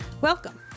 Welcome